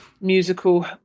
musical